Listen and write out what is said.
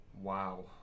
WoW